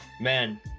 man